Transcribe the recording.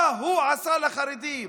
מה הוא עשה לחרדים?